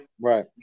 right